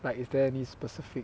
like is there any specific